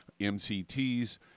MCTs